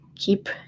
keep